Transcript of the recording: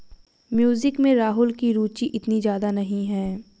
music में राहुल की रुचि इतनी ज्यादा नहीं है